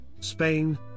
Spain